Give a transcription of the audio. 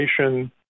information